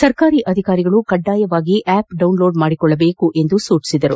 ಸರ್ಕಾರಿ ಅಧಿಕಾರಿಗಳು ಕಡ್ಡಾಯವಾಗಿ ಆಪ್ ಡೌನ್ಲೋಡ್ ಮಾಡಿಕೊಳ್ಳಬೇಕು ಎಂದು ಸೂಚಿಸಿದರು